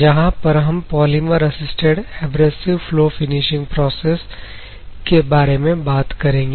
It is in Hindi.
जहां पर हम polymer assisted abrasive flow finishing process की बारे में बात करेंगे